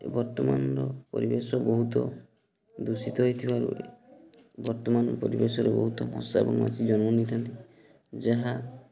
ବର୍ତ୍ତମାନର ପରିବେଶ ବହୁତ ଦୂଷିତ ହେଇଥିବାରୁ ବର୍ତ୍ତମାନ ପରିବେଶର ବହୁତ ମଶା ଏବଂ ମାଛି ଜନ୍ମ ନେଇଥାନ୍ତି ଯାହା